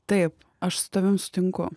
taip aš su tavim sutinku